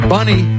Bunny